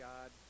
God